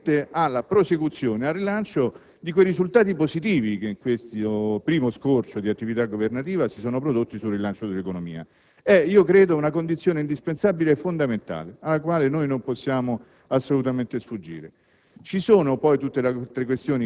di contribuire efficacemente alla prosecuzione ed al rilancio di quei risultati positivi che in questo primo scorcio di attività governativa sono stati conseguiti nel rilancio dell'economia. Credo che questa sia una condizione indispensabile e fondamentale alla quale non possiamo assolutamente sfuggire.